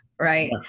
right